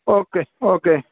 okay okay